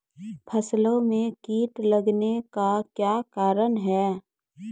फसलो मे कीट लगने का क्या कारण है?